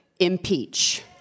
Impeach